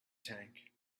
tank